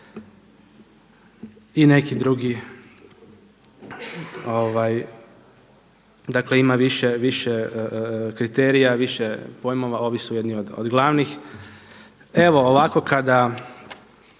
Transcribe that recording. i neki drugi dakle ima više kriterija više pojmova, ovi su jedni od glavnih. Evo ovako kada